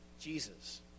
Jesus